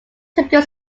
typical